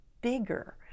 bigger